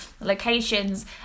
locations